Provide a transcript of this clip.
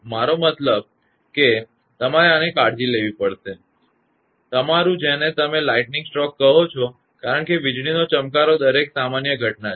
મારો મતલબ કે તમારે આની કાળજી લેવી પડશે તમારું જેને તમે આ લાઈટનિંગ સ્ટ્રોક કહો છો કારણ કે વીજળીનો ચમકારો દરેક સામાન્ય ઘટના છે